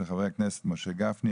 של חברי הכנסת משה גפני,